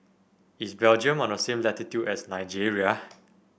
is Belgium on the same latitude as Nigeria